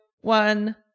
one